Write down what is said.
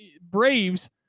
Braves